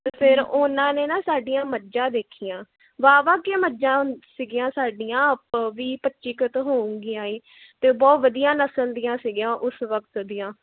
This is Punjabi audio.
ਅਤੇ ਫਿਰ ਉਹਨਾਂ ਨੇ ਨਾ ਸਾਡੀਆਂ ਮੱਝਾਂ ਦੇਖੀਆਂ ਵਾਹਵਾ ਕਿਆ ਮੱਝਾਂ ਸੀਗੀਆਂ ਸਾਡੀਆਂ ਵੀਹ ਪੱਚੀ ਕੁ ਹੋਣਗੀਆਂ ਅਤੇ ਬਹੁਤ ਵਧੀਆ ਨਸਲ ਦੀਆਂ ਸੀਗੀਆਂ ਉਸ ਵਕਤ ਦੀਆਂ